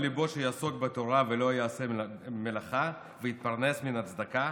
ליבו שיעסוק בתורה ולא יעשה מלאכה ויתפרנס מן הצדקה,